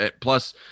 plus